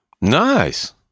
nice